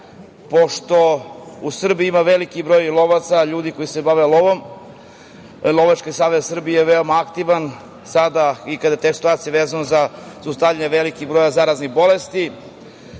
Pošto u Srbiji ima velik broj lovaca, ljudi koji se bave lovom. Lovački Savez Srbije je veoma aktivan sad i kad …situacije vezano za zaustavljanje velikih broja zaraznih bolesti